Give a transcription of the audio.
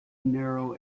narrow